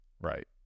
right